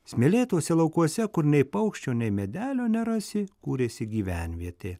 smėlėtuose laukuose kur nei paukščio nei medelio nerasi kūrėsi gyvenvietė